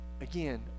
again